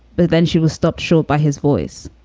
but then she was stopped short by his voice.